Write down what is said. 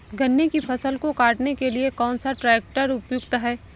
गन्ने की फसल को काटने के लिए कौन सा ट्रैक्टर उपयुक्त है?